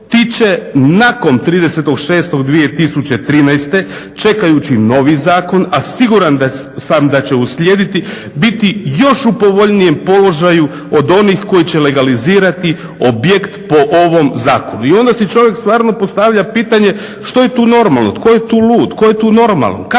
ti će nakon 30.6.2013. čekajući novi zakon, a siguran sam da će uslijediti biti još u povoljnijem položaju od onih koji će legalizirati objekt po ovom zakonu. I onda si čovjek stvarno postavlja pitanje što je tu normalno? Tko je tu lud? Tko je tu normalan? Kakva je svrha